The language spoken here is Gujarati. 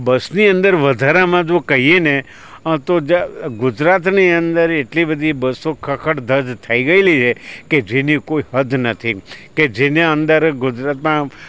બસની અંદર વધારામાં જો કહીએ ને તો ગુજરાતની અંદર એટલી બધી બસો ખખડધજ થઈ ગયેલી છે કે જેની કોઈ હદ નથી કે જેને અંદર ગુજરાતમાં